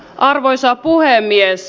arvoisa puhemies